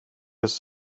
ist